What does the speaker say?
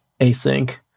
async